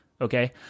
okay